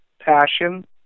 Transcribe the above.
passion